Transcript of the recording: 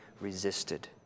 resisted